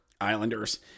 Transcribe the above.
Islanders